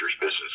Business